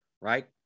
Right